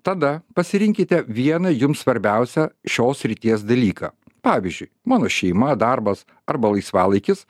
tada pasirinkite vieną jums svarbiausią šios srities dalyką pavyzdžiui mano šeima darbas arba laisvalaikis